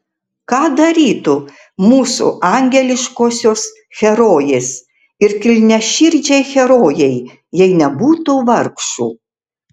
ką darytų mūsų angeliškosios herojės ir kilniaširdžiai herojai jei nebūtų vargšų